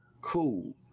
cool